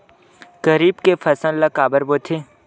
खरीफ के फसल ला काबर बोथे?